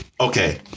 okay